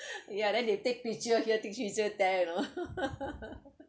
ya then they take picture here take picture there you know